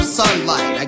sunlight